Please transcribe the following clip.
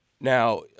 Now